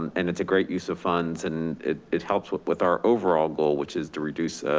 and it's a great use of funds and it it helps with with our overall goal, which is to reduce